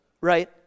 right